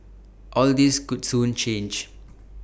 all this could soon change